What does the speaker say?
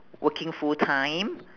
working full time